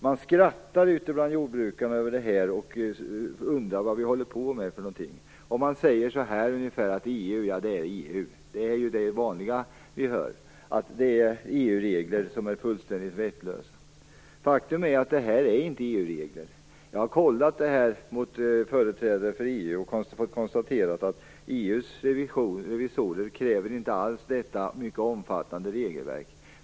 Man skrattar ute bland jordbrukarna över detta och undrar vad vi håller på med. Jordbrukarna säger att EU är EU. Man menar att det är EU-regler som är fullständigt vettlösa. Faktum är att detta inte är EU-regler. Jag har kontrollerat detta med företrädare för EU och fått konstaterat att EU:s revisorer inte alls kräver detta mycket omfattande regelverk.